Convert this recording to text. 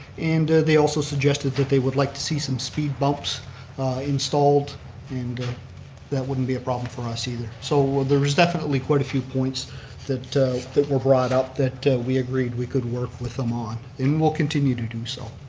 and they also suggested that they would like to see some speed bumps installed and that wouldn't be a problem for us either. so there was definitely quite a few points that that were brought up that we agreed we could work with them on and we'll continue to do so.